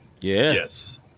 Yes